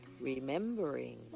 remembering